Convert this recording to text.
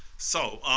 so,